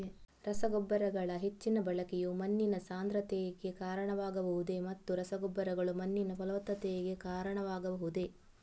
ರಸಗೊಬ್ಬರಗಳ ಹೆಚ್ಚಿನ ಬಳಕೆಯು ಮಣ್ಣಿನ ಸಾಂದ್ರತೆಗೆ ಕಾರಣವಾಗಬಹುದೇ ಮತ್ತು ರಸಗೊಬ್ಬರಗಳು ಮಣ್ಣಿನ ಫಲವತ್ತತೆಗೆ ಕಾರಣವಾಗಬಹುದೇ?